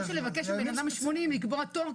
זה אבסורד לבקש מבן-אדם בגיל 80 לקבוע תור,